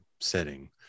setting